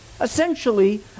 Essentially